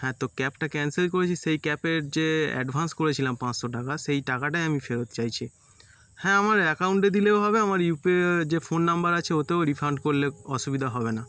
হ্যাঁ তো ক্যাবটা ক্যান্সেল করেছি সেই ক্যাবের যে অ্যাডভান্স করেছিলাম পাঁচশো টাকা সেই টাকাটাি আমি ফেরত চাইছি হ্যাঁ আমার অ্যাকাউন্টে দিলেও হবে আমার ইউপিআই যে ফোন নম্বর আছে ওতেও রিফান্ড করলে অসুবিধা হবে না